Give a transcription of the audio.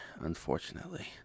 unfortunately